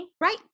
Right